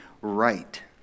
right